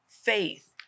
faith